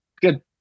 good